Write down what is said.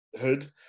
hood